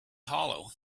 hollow